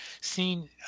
seen